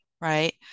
right